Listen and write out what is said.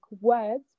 words